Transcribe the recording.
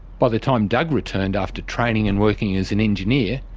by the time doug returned after training and working as an engineer,